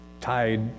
tied